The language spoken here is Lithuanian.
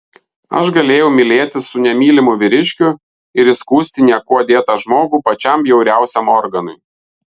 aš galėjau mylėtis su nemylimu vyriškiu ir įskųsti niekuo dėtą žmogų pačiam bjauriausiam organui